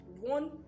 One